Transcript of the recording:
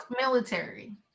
military